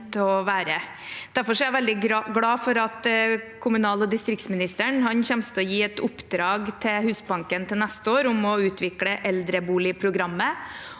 Derfor er jeg veldig glad for at kommunal- og distriktsministeren kommer til å gi et oppdrag til Husbanken til neste år om å utvikle eldreboligprogrammet.